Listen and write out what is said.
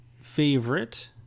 favorite